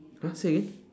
!huh! say again